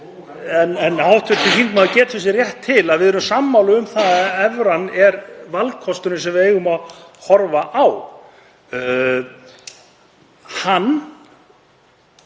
En hv. þingmaður getur sér rétt til að við erum sammála um að evran er valkosturinn sem við eigum að horfa á. Sá